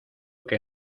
que